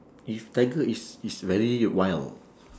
if tiger is is very wild